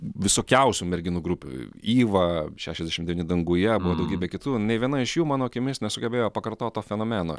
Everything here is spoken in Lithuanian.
visokiausių merginų grupių yvą šešiasdešim devyni danguje daugybė kitų nė viena iš jų mano akimis nesugebėjo pakartot to fenomeno